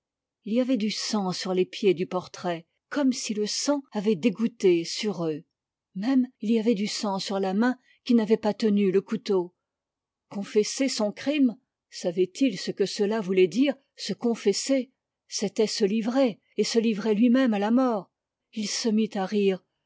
il y avait du sang sur les pieds du portrait comme si le sang avait dégoutté sur eux même il y avait du sang sur la main qui n'avait pas tenu le couteau confesser son crime savait-il ce que cela voulait dire se confesser c'était se livrer et se livrer lui-même à la mort il se mit à rire